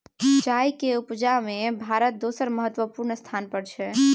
चाय केर उपजा में भारत दोसर महत्वपूर्ण स्थान पर छै